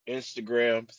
Instagram